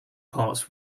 parts